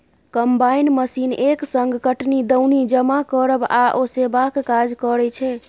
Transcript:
combine machine एक संग कटनी, दौनी, जमा करब आ ओसेबाक काज करय छै